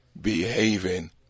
behaving